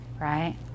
Right